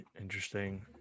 interesting